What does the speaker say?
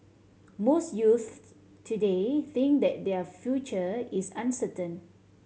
most youths today think that their future is uncertain